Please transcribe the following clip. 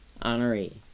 Honoree